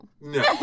No